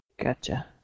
Gotcha